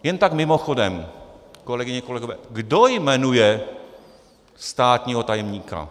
Jen tak mimochodem, kolegyně, kolegové, kdo jmenuje státního tajemníka?